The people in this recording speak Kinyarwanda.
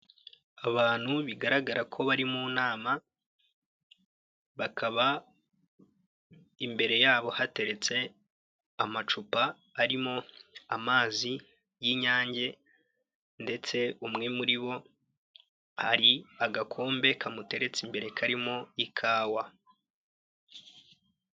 Abantu bigaragara ko bari mu nama bakaba imbere yabo hateretse amacupa arimo amazi y'inyange ndetse umwe muri bo hari agakombe kamuteretse imbere karimo ikawa.